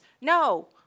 No